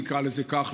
נקרא לזה כך,